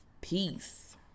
Peace